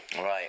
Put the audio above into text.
right